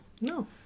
No